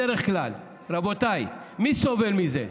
בדרך כלל, רבותיי, מי סובל מזה?